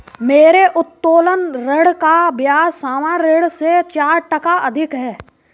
मेरे उत्तोलन ऋण का ब्याज सामान्य ऋण से चार टका अधिक है